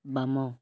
ବାମ